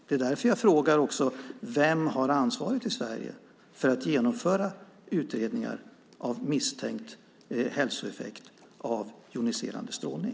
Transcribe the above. Det är därför som jag också frågar: Vem i Sverige har ansvaret för att genomföra utredningar när det gäller misstänkt hälsoeffekt av icke-joniserande strålning?